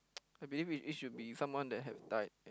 I believe it it should be someone that had died